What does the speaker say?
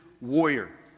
Warrior